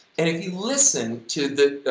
and if you listen to the,